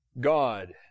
God